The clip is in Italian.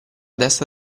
testa